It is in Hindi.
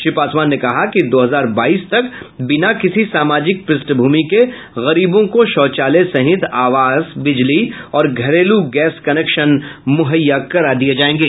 श्री पासवान ने कहा कि दो हजार बाईस तक बिना किसी सामाजिक पृष्ठभूमि के गरीबों को शौचालय सहित आवास बिजली और घरेलू गैस कनेक्शन मुहैया करा दिये जाएंगे